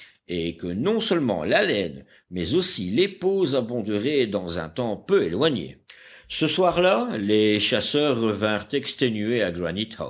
et que non seulement la laine mais aussi les peaux abonderaient dans un temps peu éloigné ce soir-là les chasseurs revinrent exténués